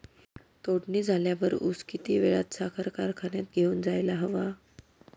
तोडणी झाल्यावर ऊस किती वेळात साखर कारखान्यात घेऊन जायला हवा?